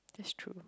that's true